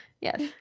Yes